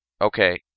Okay